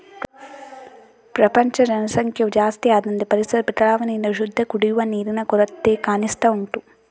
ಪ್ರಪಂಚದ ಜನಸಂಖ್ಯೆಯು ಜಾಸ್ತಿ ಆದಂತೆ ಪರಿಸರ ಬದಲಾವಣೆಯಿಂದ ಶುದ್ಧ ಕುಡಿಯುವ ನೀರಿನ ಕೊರತೆ ಕಾಣಿಸ್ತಾ ಉಂಟು